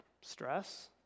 stress